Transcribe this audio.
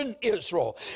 Israel